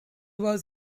was